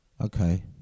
Okay